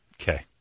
Okay